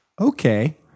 Okay